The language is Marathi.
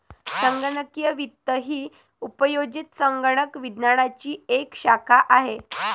संगणकीय वित्त ही उपयोजित संगणक विज्ञानाची एक शाखा आहे